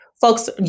folks